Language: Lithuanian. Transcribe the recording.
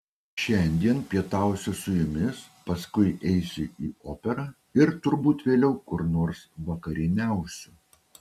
šiandien pietausiu su jumis paskui eisiu į operą ir turbūt vėliau kur nors vakarieniausiu